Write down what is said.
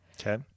Okay